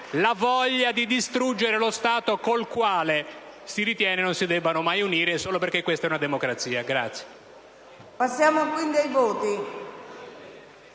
la voglia di distruggere lo Stato con il quale si ritiene non si debbano mai unire solo perché si tratta di una democrazia.